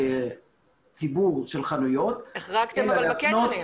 ציבור של חנויות אלא להפנות לבריאות.